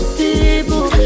people